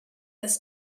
this